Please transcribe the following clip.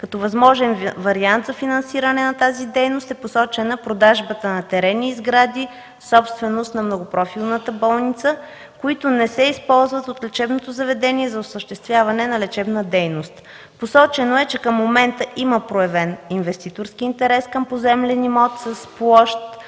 Като възможен вариант за финансиране на тази дейност е посочена продажбата на терени и сгради – собственост на многопрофилната болница, които не се използват от лечебното заведение за осъществяване на лечебна дейност. Посочено е, че към момента има проявен инвеститорски интерес към поземлен имот с площ